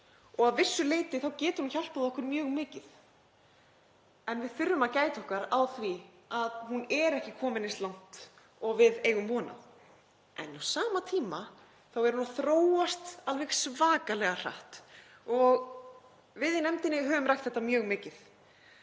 og að vissu leyti getur hún hjálpað okkur mjög mikið en við þurfum að gæta okkar á því að hún er ekki komin eins langt og við eigum von á. En á sama tíma er hún að þróast alveg svakalega hratt og við í nefndinni höfum rætt þetta mjög mikið.